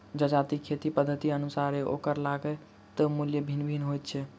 जजातिक खेती पद्धतिक अनुसारेँ ओकर लागत मूल्य भिन्न भिन्न होइत छै